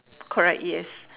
correct yes